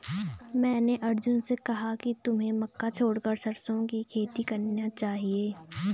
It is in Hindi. मैंने अर्जुन से कहा कि तुम्हें मक्का छोड़कर सरसों की खेती करना चाहिए